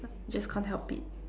just can't help it